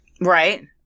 Right